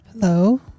Hello